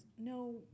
no